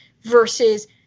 versus